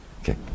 Okay